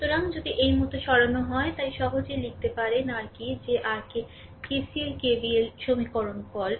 সুতরাং যদি এই মত সরানো হয় তাই সহজেই লিখতে পারেন r কি যে আর কে KCL KVL সমীকরণ কল